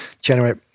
generate